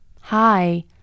Hi